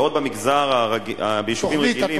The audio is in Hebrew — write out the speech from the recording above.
בעוד ביישובים הרגילים,